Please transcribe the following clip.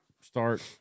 start